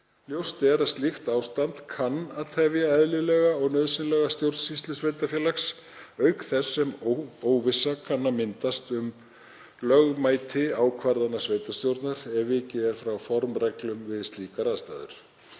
Ljóst er að slíkt ástand kann að tefja eðlilega og nauðsynlega stjórnsýslu sveitarfélags auk þess sem óvissa kann að myndast um lögmæti ákvarðana sveitarstjórnar ef vikið er frá formreglum við slíkar aðstæður.